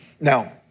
Now